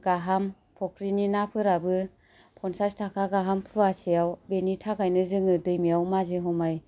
गाहाम फख्रिनि नाफोराबो फनसास थाखा गाहाम फुवासेयाव बेनि थाखायनो जोङो दैमायाव माजे हमाय